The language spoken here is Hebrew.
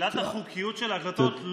שאלת החוקיות של ההקלטות לא סותרת את זה שהיו.